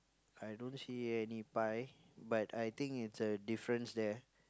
I don't see any pie but I think it's a difference there